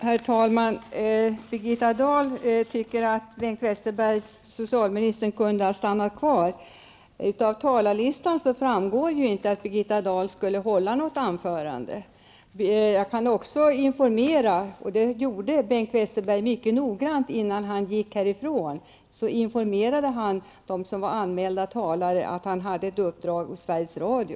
Herr talman! Birgitta Dahl tycker att socialministern kunde ha stannat kvar. Men av talarlistan framgår inte att Birgitta Dahl skulle hålla något anförande. Jag kan också tala om att innan Bengt Westerberg gick härifrån informerade han mycket noggrant anmälda talare om att han hade ett sammanträffande avtalat med Sveriges Radio.